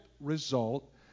result